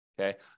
okay